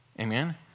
Amen